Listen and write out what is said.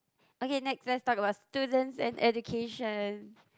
okay next let's talk about students and education